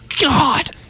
God